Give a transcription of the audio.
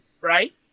Right